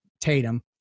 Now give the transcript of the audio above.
Tatum